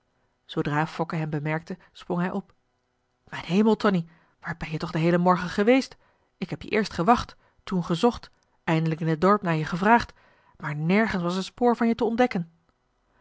zoodra fokke hem bemerkte sprong hij op mijn hemel tonie waar ben je toch den heelen morgen geweest ik heb je eerst gewacht toen gezocht eindelijk in het dorp naar je gevraagd maar nergens was een spoor van je te ontdekken